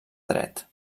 dret